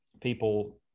people